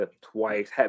twice